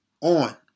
on